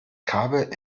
kabel